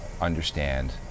understand